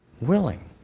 Willing